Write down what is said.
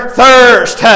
thirst